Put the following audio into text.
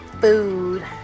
food